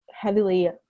heavily